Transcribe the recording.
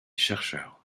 chercheurs